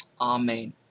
Amen